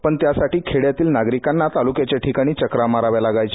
परंतू त्यासाठी खेड्यातील नागरिकांना तालूक्याच्या ठिकाणी चकरा माराव्या लागायच्या